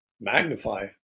magnify